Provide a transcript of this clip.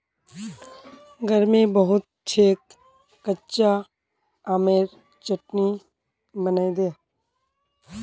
गर्मी बहुत छेक कच्चा आमेर चटनी बनइ दे